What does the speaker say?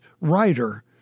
writer